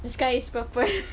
the sky is purple